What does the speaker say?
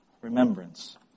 Remembrance